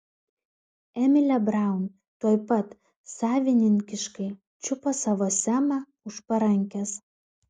emilė braun tuoj pat savininkiškai čiupo savo semą už parankės